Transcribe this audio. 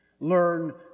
Learn